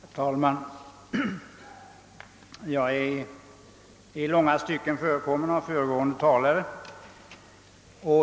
Herr talman! Jag är i långa stycken förekommen av den föregående talaren.